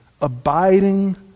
abiding